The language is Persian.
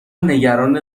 نگران